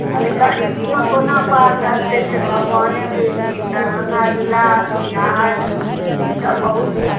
एहि गरीबीमे कोना पार लगतै से भगवाने बुझथिन दरभंगा जिला बिहार ईसभ बहुत